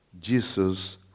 Jesus